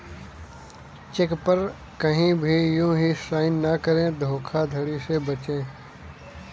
check पर कहीं भी यू हीं साइन न करें धोखाधड़ी से बचे